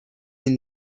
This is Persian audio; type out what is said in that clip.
این